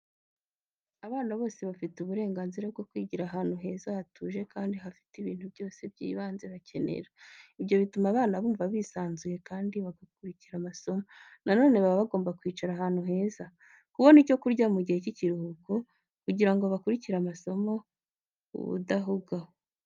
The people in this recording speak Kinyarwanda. Abana bose bafite uburenganzira bwo kwigira ahantu heza, hatuje kandi hafite ibintu byose by'ibanze bakenera. Ibyo bituma abana bumva bisanzuye kandi bagakurikira amasomo. Nanone baba bagomba kwicara ahantu heza, kubona icyo kurya mu gihe cy'ikiruhuko kugira ngo bakurikire amasomo ubudahuga.